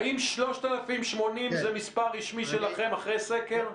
האם 3,080 זה מספר רשמי שלכם אחרי הסקר?